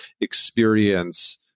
experience